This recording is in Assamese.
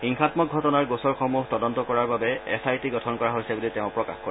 হিংসামক ঘটনাৰ গোচৰসমূহ তদন্ত কৰাৰ বাবে এছ আই টি গঠন কৰা হৈছে বুলি তেওঁ প্ৰকাশ কৰে